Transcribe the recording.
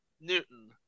Newton